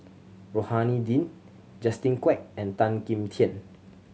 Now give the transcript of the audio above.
Rohani Din Justin Quek and Tan Kim Tian